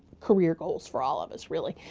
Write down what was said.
career goals for all of us, really.